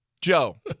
Joe